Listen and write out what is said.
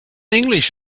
english